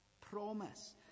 promise